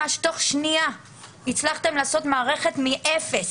ממש תוך שנייה הצלחתם לעשות מערכת מאפס.